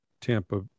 Tampa